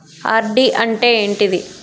RD అంటే ఏంటిది?